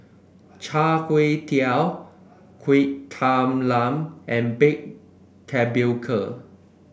Char Kway Teow Kuih Talam and Baked Tapioca